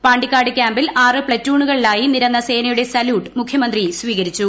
പാിക്കാട് ക്യാംപിൽ ആറ് പ്ലറ്റൂണുകളിലായി നിരന്ന സേനയുടെ സല്യൂട്ട് മുഖ്യമന്ത്രി സ്വീകരിച്ചു